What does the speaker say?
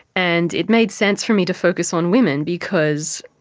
and it made sense for me to focus on women because,